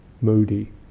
moody